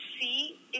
see